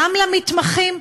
גם למתמחים,